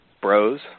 Bros